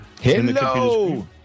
Hello